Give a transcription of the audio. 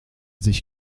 sich